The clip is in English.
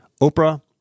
Oprah